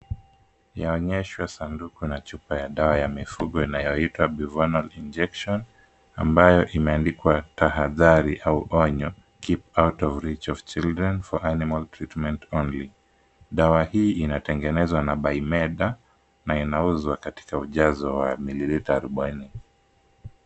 Yaonyeshwa sanduku na chupa ya dawa ya mifugo inayoitwa Buvonal Injection, ambayo imeandikwa tahadhari au onyo, [ cs ] keep out of reach of children, for animal treatment only . Dawa hii inatengenezwa na Bimeda na inauzwa katika ujazo wa mililita arobaini.